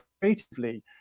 creatively